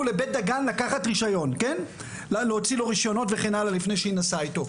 לבית דגן להוציא לו רישיונות וכן הלאה לפני שהיא נסעה איתו.